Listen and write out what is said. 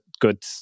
good